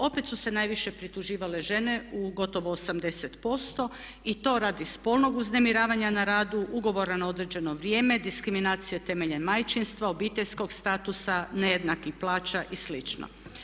Opet su se najviše prituživale žene u gotovo 80% i to radi spolnog uznemiravanja na radu, ugovora na određeno vrijeme, diskriminacije temeljem majčinstva, obiteljskog statusa, nejednakih plaća i slično.